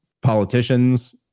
politicians